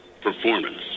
performance